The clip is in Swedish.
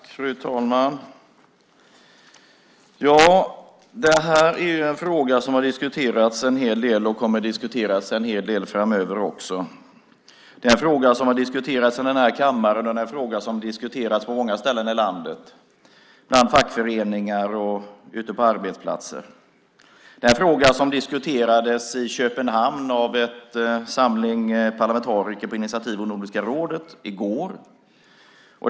Fru talman! Det här är en fråga som har diskuterats en hel del, och som kommer att diskuteras en hel del framöver också. Det är en fråga som har diskuterats i den här kammaren och som har diskuterats på många ställen i landet; bland fackföreningar och ute på arbetsplatser. Det är en fråga som diskuterades i Köpenhamn i går av en samling parlamentariker på initiativ av Nordiska rådet.